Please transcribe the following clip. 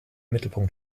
mittelpunkt